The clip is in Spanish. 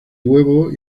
huevo